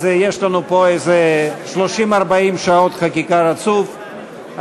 אז יש לנו 40-30 שעות חקיקה רצופות,